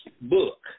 book